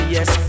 Yes